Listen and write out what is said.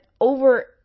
over